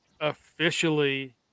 officially